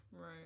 Right